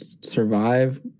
Survive